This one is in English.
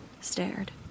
stared